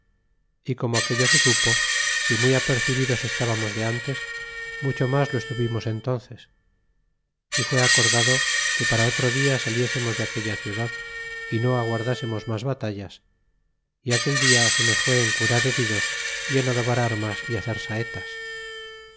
y como aquello se supo si muy apercibidos estábamos de ntes mucho mas lo estuvimos entónces y fué acordado que para otro dia saliésemos de aquella ciudad y no aguardásemos mas batallas y aquel dia se nos fue en curar heridos y en adobar armas y hacer saetas